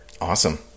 Awesome